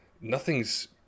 nothing's